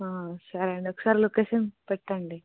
సరే అండి ఒకసారి లొకేషన్ పెట్టండి